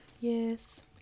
Yes